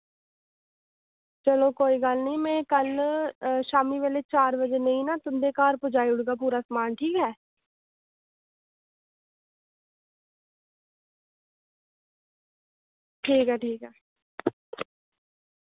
चलो कोई गल्ल निं में कल शामीं बेल्लै चार बजे नेही ना तुंदे घर पजाई ओड़गा पूरा समान ठीक ऐ